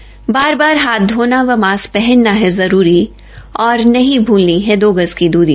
बार बार हाथ धोना व मास्क हनना है जरूरी और नहीं भूलनी है दो गज की दूरी